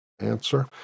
answer